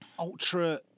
Ultra